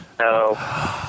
No